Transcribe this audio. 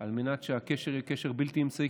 על מנת שהקשר יהיה קשר בלתי אמצעי.